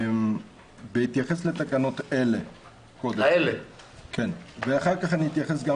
אתייחס לתקנות האלה, ואחר כך אתייחס גם